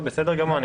בסדר גמור,